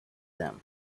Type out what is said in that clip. them